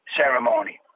ceremony